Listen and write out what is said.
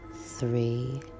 three